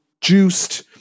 juiced